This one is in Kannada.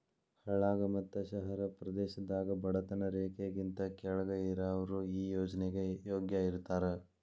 ಹಳ್ಳಾಗ ಮತ್ತ ಶಹರ ಪ್ರದೇಶದಾಗ ಬಡತನ ರೇಖೆಗಿಂತ ಕೆಳ್ಗ್ ಇರಾವ್ರು ಈ ಯೋಜ್ನೆಗೆ ಯೋಗ್ಯ ಇರ್ತಾರ